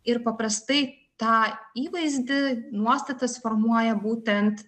ir paprastai tą įvaizdį nuostatas formuoja būtent